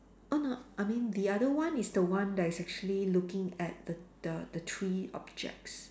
oh no I mean the other one is the one that is actually looking at the the the three objects